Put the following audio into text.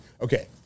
Okay